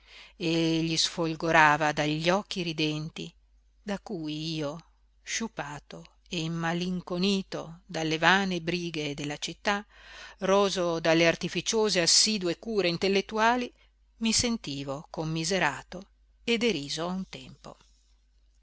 e gli sfolgorava dagli occhi ridenti da cui io sciupato e immalinconito dalle vane brighe della città roso dalle artificiose assidue cure intellettuali mi sentivo commiserato e deriso a un tempo